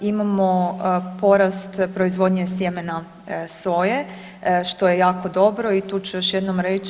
Imamo porast proizvodnje sjemena soje što je jako dobro i tu ću još jednom reći.